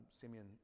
Simeon